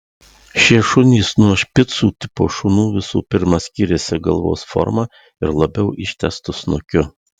šie šunys nuo špicų tipo šunų visų pirma skyrėsi galvos forma ir labiau ištęstu snukiu